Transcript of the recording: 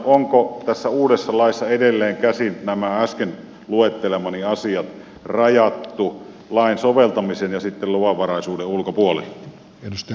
onko tässä uudessa laissa edelleenkäsin nämä äsken luettelemani asiat rajattu lain soveltamisen ja sitten luvanvaraisuuden ulkopuolelle